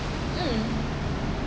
mm